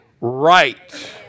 right